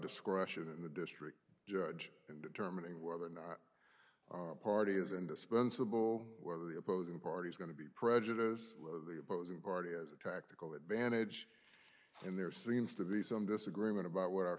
discretion in the district judge in determining whether or not a party is indispensable whether the opposing party is going to be prejudiced whether the opposing party has a tactical advantage and there seems to be some disagreement about what our